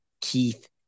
Keith